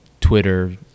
Twitter